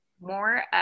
more